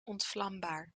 ontvlambaar